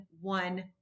one